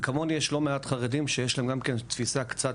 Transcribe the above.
וכמוני יש לא מעט חרדים שיש להם תפיסה קצת